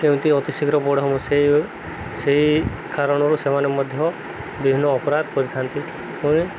କେମିତି ଅତିଶୀଘ୍ର ବଡ଼ ହଉ ସେଇ ସେଇ କାରଣରୁ ସେମାନେ ମଧ୍ୟ ବିଭିନ୍ନ ଅପରାଧ କରିଥାନ୍ତି ଏବଂ